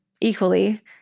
equally